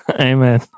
Amen